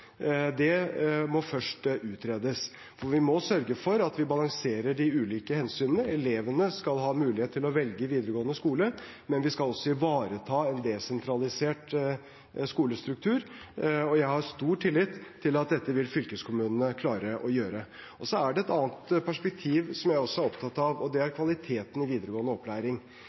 må først utredes, for vi må sørge for at vi balanserer de ulike hensynene. Elevene skal ha mulighet til å velge videregående skole, men vi skal også ivareta en desentralisert skolestruktur, og jeg har stor tillit til at dette vil fylkeskommunene klare å gjøre. Så er det et annet perspektiv som jeg også er opptatt av, og det er kvaliteten i videregående opplæring.